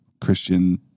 Christian